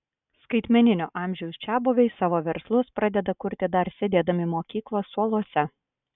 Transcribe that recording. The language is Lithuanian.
skaitmeninio amžiaus čiabuviai savo verslus pradeda kurti dar sėdėdami mokyklos suoluose